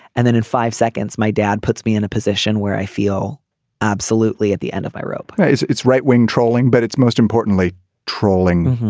and then in five seconds my dad puts me in a position where i feel absolutely at the end of my rope it's it's right wing trolling but it's most importantly trolling.